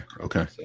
Okay